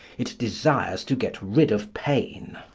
it desires to get rid of pain,